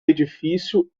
edifício